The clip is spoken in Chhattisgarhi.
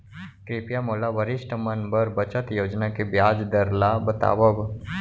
कृपया मोला वरिष्ठ मन बर बचत योजना के ब्याज दर ला बतावव